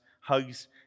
hugs